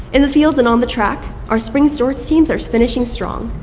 in the fields and on the track, our spring sports team are finishing strong.